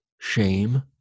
shame